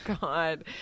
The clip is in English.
god